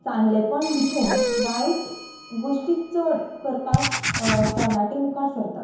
चांगलेपण लिपोवन वायट गोश्टी चड करपाक तरणाटी मुखार सरतात